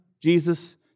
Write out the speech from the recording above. Jesus